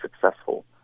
successful